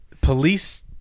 police